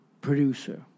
producer